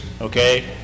Okay